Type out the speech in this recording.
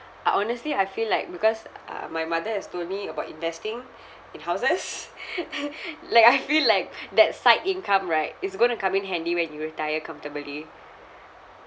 I honestly I feel like because uh my mother has told me about investing in houses like I feel like that side income right is going to come in handy when you retire comfortably